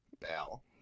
Bell